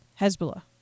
Hezbollah